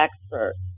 experts